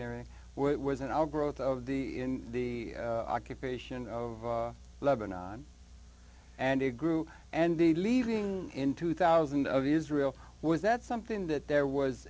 an area where it was an outgrowth of the in the occupation of lebanon and it grew and the leaving in two thousand of israel was that something that there was